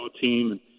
team